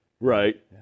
Right